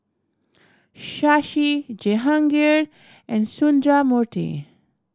Shashi Jehangirr and Sundramoorthy